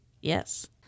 Yes